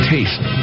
Taste